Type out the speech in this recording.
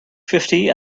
fifty